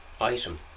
item